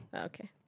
Okay